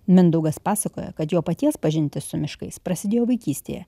mindaugas pasakoja kad jo paties pažintis su miškais prasidėjo vaikystėje